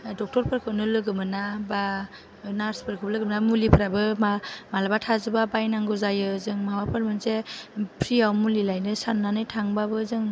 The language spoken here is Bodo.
डक्टरखौनो लोगो मोना बा नार्सफोरखौ लोगो मोना मुलिफ्राबो मालाबा थाजोबा बायनांगौ जायो जों माबाफोर मोनसे प्रिआव मुलि लायनो साननानै थांबाबो जों